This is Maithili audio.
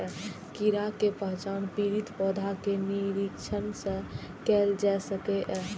कीड़ा के पहचान पीड़ित पौधा के निरीक्षण सं कैल जा सकैए